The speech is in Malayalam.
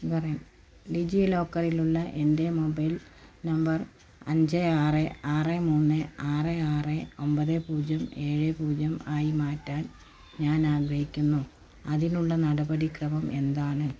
പറയും ഡിജി ലോക്കറിലുള്ള എൻ്റെ മൊബൈൽ നമ്പർ അഞ്ച് ആറ് ആറ് മൂന്ന് ആറ് ആറ് ഒമ്പത് പൂജ്യം ഏഴ് പൂജ്യം ആയി മാറ്റാൻ ഞാൻ ആഗ്രഹിക്കുന്നു അതിനുള്ള നടപടിക്രമം എന്താണ്